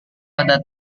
pada